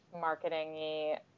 marketing-y